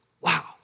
wow